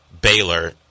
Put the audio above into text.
Baylor